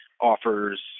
offers